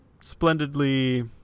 splendidly